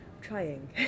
trying